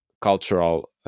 cultural